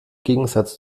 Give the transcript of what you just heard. gegensatz